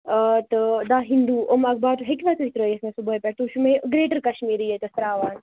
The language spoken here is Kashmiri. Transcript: اۭں تہٕ دَ ہِندوٗ یِم اخبار تہِ ہیٚکوٕ تُہۍ ترٲیِتھ مےٚ صُبحٲے پٮ۪ٹھٕ تُہۍ چھُو مےٚ گریٹر کشمیٖری ییٚتیٚتھ ترٛاوان